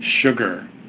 sugar